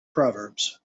proverbs